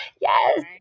Yes